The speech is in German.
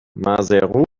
maseru